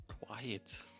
quiet